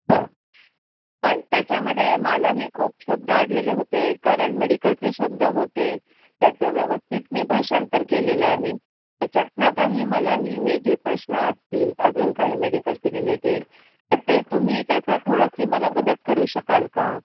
हां पण त्याच्यामध्ये मलाही खूप शब्द अडलेले होते कारण मेडिकलचे शब्द होते त्याचं व्यवस्थित मी भाषांतर केलेलं आहे त्याच्यातून काही मलाही हे जे प्रश्न असतील अजून काही मेडिकलशी रिलेटेड तर ते तुम्ही त्याचा थोडीशी मला मदत करू शकाल का